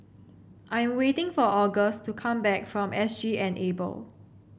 I am waiting for Auguste to come back from S G Enable